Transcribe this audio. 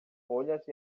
folhas